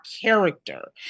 character